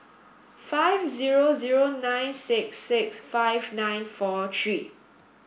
five zero zero nine six six five nine four three